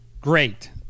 Great